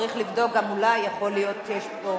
צריך לבדוק גם אולי, יכול להיות שיש פה,